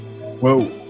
Whoa